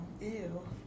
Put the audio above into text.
ew